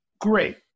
great